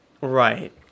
Right